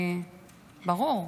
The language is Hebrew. ברור.